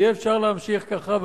אי-אפשר להמשיך ככה.